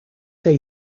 day